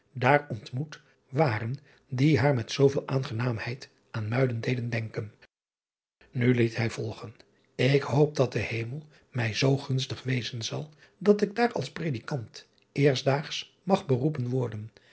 illegonda uisman ren die haar met zooveel aangenaamheid aan uiden deeden denken u liet hij volgen k hoop dat de emel mij zoo gunstig wezen zal dat ik daar als redikant eerstdaags mag beroepen worden